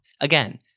Again